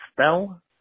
spell